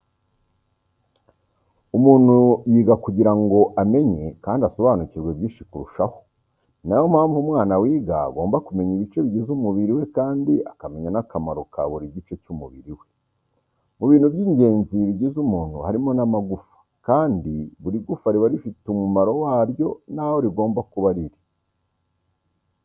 Umuntu yiga kugira ngo amenye kandi asobanukirwe byinshi kurushaho, ni na yo mpamvu umwana wiga agomba kumenya ibice bigize umubiri we kandi akamenya n'akamaro ka buri gice cy'umubiri we. Mu bintu by'ingenzi bigize umuntu harimo n'amagufa kandi buri gufa riba rifite umumaro waryo naho rigomba kuba riri.